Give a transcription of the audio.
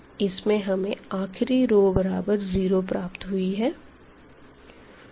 इस में हमें आखरी रो बराबर 0 प्राप्त हुई है